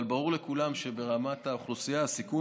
אבל ברור לכולם שברמת האוכלוסייה הסיכון